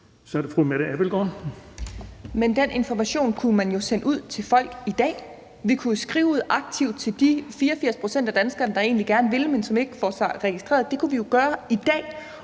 Kl. 15:23 Mette Abildgaard (KF): Men den information kunne man jo sende ud til folk i dag. Vi kunne jo aktivt skrive ud til de 84 pct. af danskerne, der egentlig gerne vil, men som ikke får sig registreret. Det kunne vi jo gøre i dag